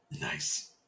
Nice